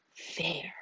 Fair